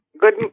Good